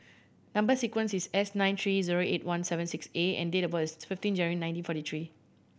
number sequence is S nine three zero eight one seven six A and date of birth is fifteen January nineteen forty three